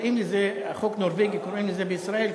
החוק הנורבגי בישראל,